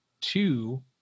two